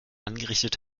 angerichtet